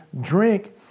drink